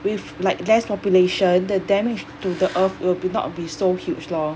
with like less population the damage to the earth will be not be so huge lor